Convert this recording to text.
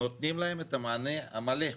נותנים להם את המענה המלא.